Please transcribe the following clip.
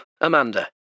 Amanda